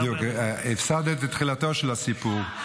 בדיוק, הפסדת את תחילתו של הסיפור.